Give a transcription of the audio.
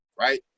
right